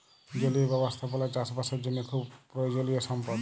জলীয় ব্যবস্থাপালা চাষ বাসের জ্যনহে খুব পরয়োজলিয় সম্পদ